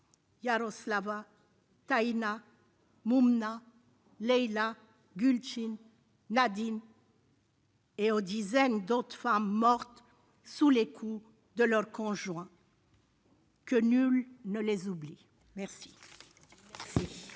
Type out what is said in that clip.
Yaroslava, Taïna, Moumna, Leïla, Gulçin, Nadine et aux dizaines d'autres femmes mortes sous les coups de leur conjoint. Que nul ne les oublie !